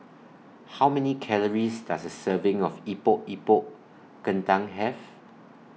How Many Calories Does A Serving of Epok Epok Kentang Have